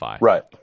Right